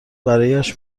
برایش